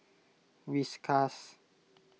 Whiskas